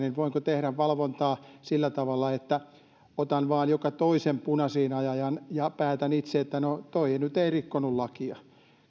suorittamassa voinko tehdä valvontaa sillä tavalla että otan vain joka toisen punaisiin ajajan ja päätän itse että no tuo nyt ei rikkonut lakia